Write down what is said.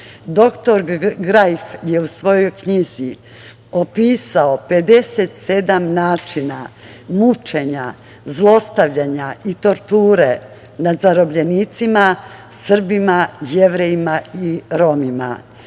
Grajf je u svojoj knjizi opisao 57 načina mučenja, zlostavljanja i torture nad zarobljenicima Srbima, Jevrejima i Romima.